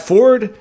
Ford